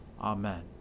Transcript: Amen